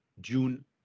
June